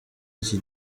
iki